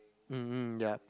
mm yup